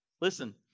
listen